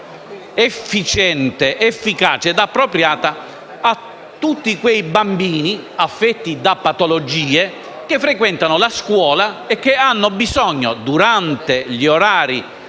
una risposta efficiente, efficace e appropriata a tutti quei bambini affetti da patologie che frequentano la scuola e che hanno bisogno, durante gli orari